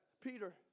Peter